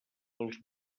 pels